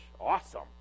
Awesome